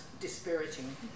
dispiriting